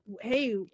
hey